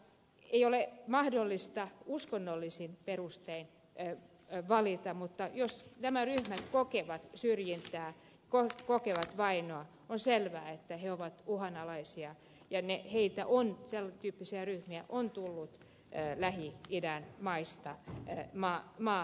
ei ole mahdollista uskonnollisin perustein valita mutta jos nämä ryhmät kokevat syrjintää kokevat vainoa on selvää että he ovat uhanalaisia ja näitä tämän tyyppisiä ryhmiä on tullut lähi idän maista maahamme